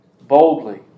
boldly